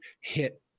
hit